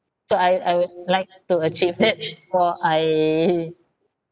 so I I would like to achieve it before I